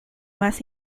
más